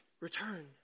return